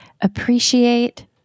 appreciate